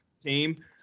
team